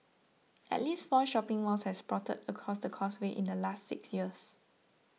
at least four shopping malls have sprouted across the Causeway in the last six years